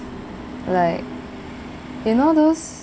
like you know those